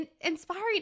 Inspiring